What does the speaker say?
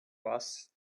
was